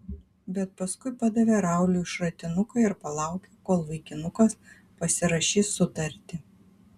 bet paskui padavė rauliui šratinuką ir palaukė kol vaikinukas pasirašys sutartį